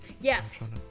Yes